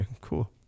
cool